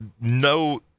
no